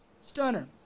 Stunner